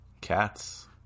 Cats